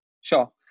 Sure